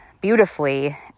beautifully